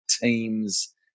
teams